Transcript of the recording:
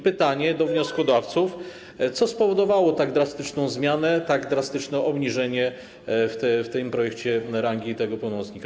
Pytanie do wnioskodawców: Co spowodowało tak drastyczną zmianę, tak drastyczne obniżenie w tym projekcie rangi tego pełnomocnika?